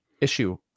issue